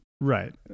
right